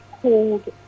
called